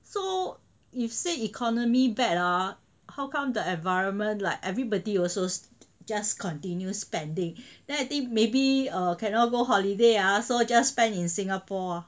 so if say economy bad hor how come the environment like everybody also just continue spending then I think maybe err cannot go holiday ah so just spend in Singapore